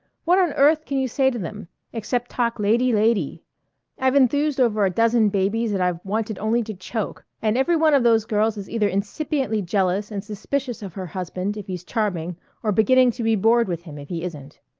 what on earth can you say to them except talk lady-lady? i've enthused over a dozen babies that i've wanted only to choke. and every one of those girls is either incipiently jealous and suspicious of her husband if he's charming or beginning to be bored with him if he isn't.